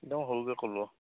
একদম সৰুকৈ ক'লো আৰু